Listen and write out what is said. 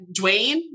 Dwayne